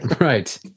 Right